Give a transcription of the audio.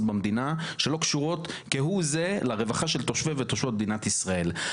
במדינה שלא קשורות כהוא זה לרווחה של תושבי ותושבות מדינת ישראל.